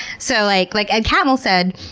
so, like like ed catmull said,